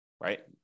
right